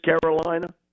Carolina